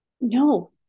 No